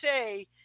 say